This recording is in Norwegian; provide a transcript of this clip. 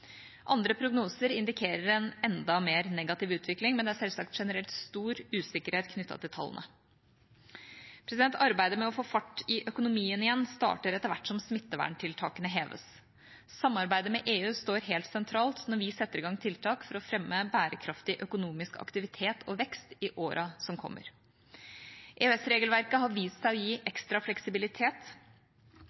Andre prognoser indikerer en enda mer negativ utvikling, men det er selvsagt generelt stor usikkerhet knyttet til tallene. Arbeidet med å få fart i økonomien igjen starter etter hvert som smitteverntiltakene heves. Samarbeidet med EU står helt sentralt når vi setter i gang tiltak for å fremme bærekraftig økonomisk aktivitet og vekst i årene som kommer. EØS-regelverket har vist seg å gi ekstra fleksibilitet